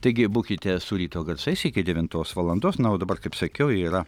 taigi būkite su ryto garsais iki devintos valandos na o dabar kaip sakiau yra